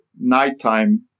nighttime